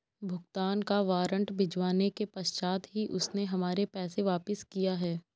भुगतान का वारंट भिजवाने के पश्चात ही उसने हमारे पैसे वापिस किया हैं